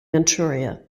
manchuria